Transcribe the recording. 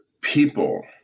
people